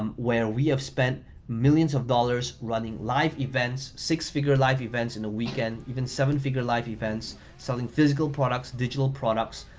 um where we have spent millions of dollars running live events, six-figure live events in a weekend, even seven-figure live events, selling physical products, digital products.